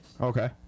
Okay